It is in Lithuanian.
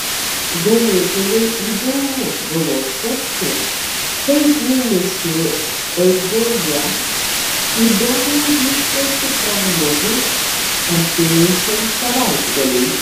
ganėtinai įdomu buvo sekti kaip mėnesio eigoje įdomiai vystosi prognozės artėjančiam savaitgaliui